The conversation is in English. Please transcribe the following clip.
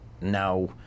now